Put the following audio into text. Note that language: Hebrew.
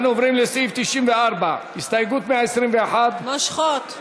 אנחנו עוברים לסעיף 94, הסתייגות 121. מושכות.